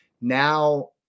Now